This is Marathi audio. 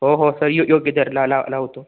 हो हो सं यो योग्य दर ला ला लावतो